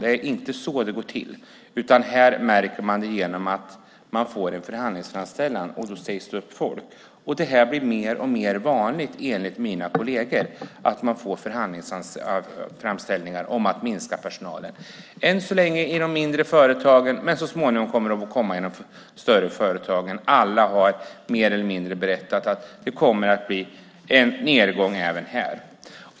Det är inte så det går till, utan här märker man det genom att man får en förhandlingsframställan, och då sägs det upp folk. Det blir enligt mina kolleger mer och mer vanligt att man får förhandlingsframställningar om att minska personalen. Än så länge handlar det om de mindre företagen. Men så småningom kommer det att bli så i de större företagen. Alla har mer eller mindre berättat att det kommer att bli en nedgång även här.